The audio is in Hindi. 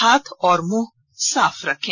हाथ और मुंह साफ रखें